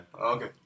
Okay